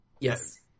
Yes